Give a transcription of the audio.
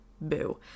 BOO